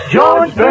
George